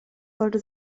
sollte